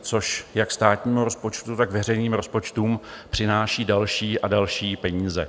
Což jak státnímu rozpočtu, tak veřejným rozpočtům přináší další a další peníze.